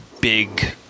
big